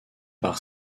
par